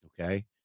okay